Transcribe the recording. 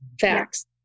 facts